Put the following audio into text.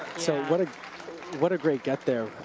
so what ah what a great get there.